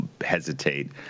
hesitate